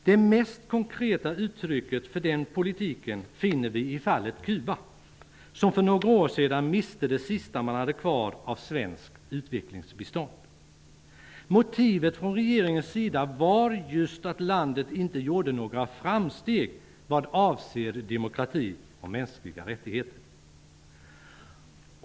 Det mest konkreta uttrycket för den politiken finner vi i fallet Kuba, som för några år sedan miste det sista man hade kvar av svenskt utvecklingsbistånd. Motivet från regeringens sida var just att landet inte gjorde några framsteg vad avser demokrati och mänskliga rättigheter.